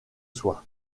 soit